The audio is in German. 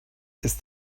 ist